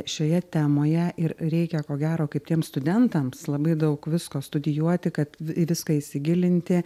šioje temoje ir reikia ko gero kaip tiems studentams labai daug visko studijuoti kad į viską įsigilinti